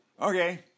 Okay